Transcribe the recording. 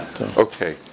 Okay